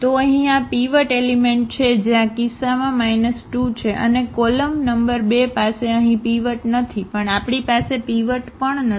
તો અહીં આ પીવટ એલિમેન્ટ છે જે આ કિસ્સામાં 2 છે અને કોલમ નંબર બે પાસે અહીં પીવટ નથી પણ આપણી પાસે પીવટ પણ નથી